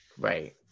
Right